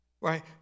Right